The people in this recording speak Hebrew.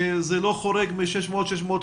שזה לא חורג מ-600-650,